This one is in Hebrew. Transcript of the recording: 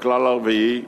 והכלל הרביעי: